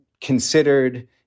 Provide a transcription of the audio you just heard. considered